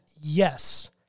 yes